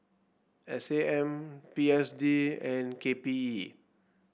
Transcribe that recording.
S A M B S D and K P E